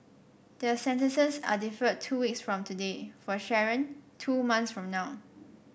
their sentences are deferred two weeks from today for Sharon two months from now